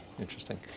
Interesting